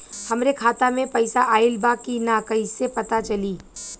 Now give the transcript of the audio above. हमरे खाता में पैसा ऑइल बा कि ना कैसे पता चली?